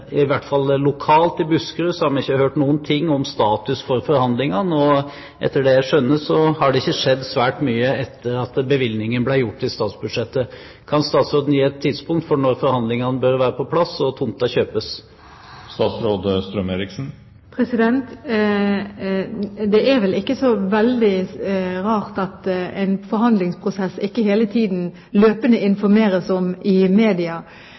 i hvert fall lokalt i Buskerud har vi ikke hørt noen ting om status for forhandlingene, og etter det jeg skjønner, har det ikke skjedd svært mye etter at bevilgningen ble gjort i statsbudsjettet. Kan statsråden gi et tidspunkt for når forhandlingene bør være på plass og tomta kjøpes? Det er vel ikke så veldig rart at det ikke hele tiden løpende informeres om en forhandlingsprosess i media.